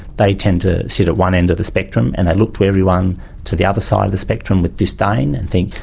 they tend to sit at one end of the spectrum, and they look to everyone to the other side of the spectrum with disdain and think,